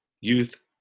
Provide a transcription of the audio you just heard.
youth